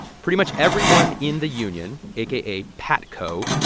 pretty much everyone in the union, aka patco,